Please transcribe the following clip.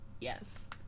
Yes